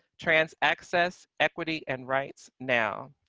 trans access, equity and rights now.